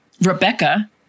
Rebecca